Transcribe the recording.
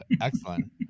Excellent